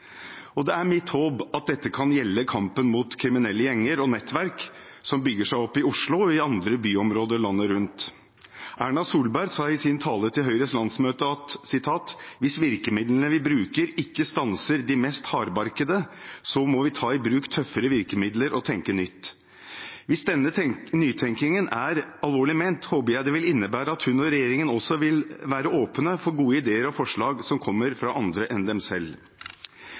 og lære av hverandre. Det er mitt håp at dette kan gjelde kampen mot kriminelle gjenger og nettverk som bygger seg opp i Oslo og i andre byområder landet rundt. Erna Solberg sa i sin tale til Høyres landsmøte: «Hvis virkemidlene vi bruker ikke stanser de mest hardbarkede, så må vi ta i bruk tøffere virkemidler og tenke nytt.» Hvis denne nytenkningen er alvorlig ment, håper jeg det vil innebære at hun og regjeringen også vil være åpne for gode ideer og forslag som kommer fra andre enn dem selv.